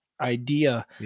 idea